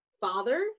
father